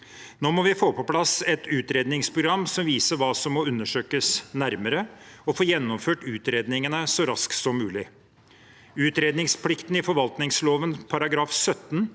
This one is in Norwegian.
Nå må vi få på plass et utredningsprogram som viser hva som må undersøkes nærmere, og få gjennomført utredningene så raskt som mulig. Utredningsplikten i forvaltningsloven § 17